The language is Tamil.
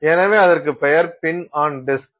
எனவே அதற்கு பெயர் பின் ஆன் டிஸ்க்